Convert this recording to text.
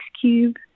Cube